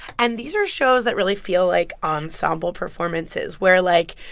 and these are shows that really feel like ensemble performances, where, like,